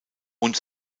und